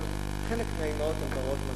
אבל חלק מהאמהות הן בנות מזל,